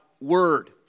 word